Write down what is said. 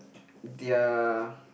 they are